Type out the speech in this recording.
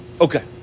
Okay